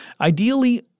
Ideally